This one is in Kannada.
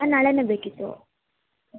ನಾಳೆನೇ ಬೇಕಿತ್ತು